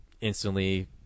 instantly